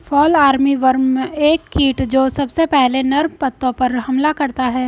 fall armyworm एक कीट जो सबसे पहले नर्म पत्तों पर हमला करता है